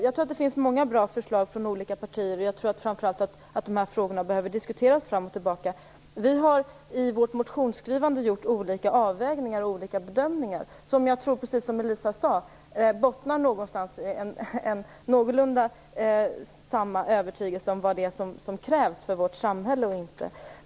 Jag tror att det finns många bra förslag från olika partier och framför allt att frågorna behöver diskuteras fram och tillbaka. Vi har i vårt motionsskrivande gjort olika avvägningar och bedömningar, som jag tror, precis som Elisa Abascal Reyes sade, bottnar i någorlunda samma övertygelse om vad det är som krävs för vårt samhälle och inte.